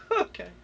Okay